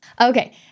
okay